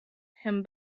him